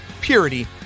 purity